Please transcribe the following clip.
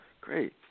great